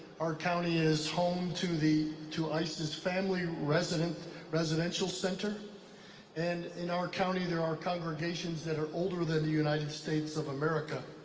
our county is home to to isis family residential residential center and in our county, there are congregations that are older than the united states of america.